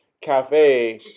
cafe